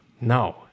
No